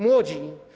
Młodzi.